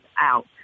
out